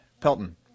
Pelton